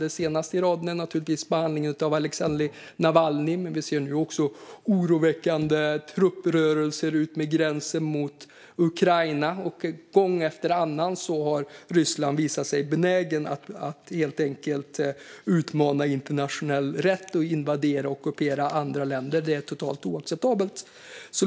Det senaste i raden är behandlingen av Aleksej Navalnyj, men vi ser nu också oroväckande trupprörelser utmed gränsen till Ukraina. Gång efter annan har Ryssland visat sig benäget att utmana internationell rätt och invadera och ockupera andra länder. Det är totalt oacceptabelt.